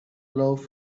love